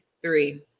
Three